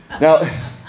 Now